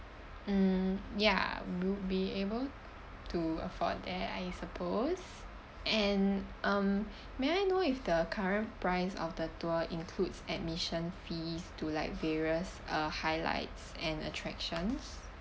um ya we'll be able to afford that I suppose and um may I know if the current price of the tour includes admission fees to like various err highlights and attractions